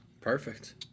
Perfect